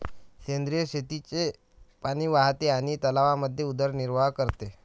सेंद्रिय शेतीचे पाणी वाहते आणि तलावांमध्ये उदरनिर्वाह करते